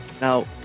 Now